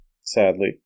Sadly